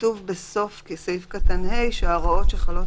כתוב בסוף סעיף קטן (ה) שההוראות שחלות